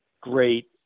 great